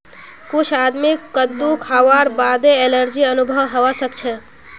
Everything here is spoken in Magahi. कुछ आदमीक कद्दू खावार बादे एलर्जी अनुभव हवा सक छे